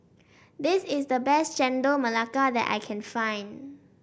this is the best Chendol Melaka that I can find